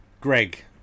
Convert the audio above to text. Greg